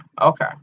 okay